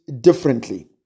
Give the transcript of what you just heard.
differently